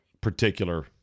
particular